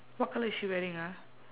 what colour is she wearing ah